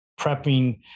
prepping